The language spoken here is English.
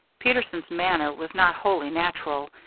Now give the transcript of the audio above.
peterson's manner was not wholly natural.